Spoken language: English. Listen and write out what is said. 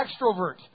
extrovert